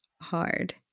hard